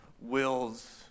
wills